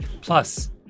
Plus